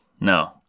No